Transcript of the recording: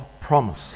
promise